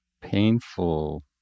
painful